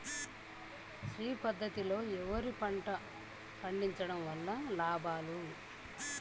శ్రీ పద్ధతిలో వరి పంట పండించడం వలన లాభాలు?